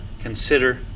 consider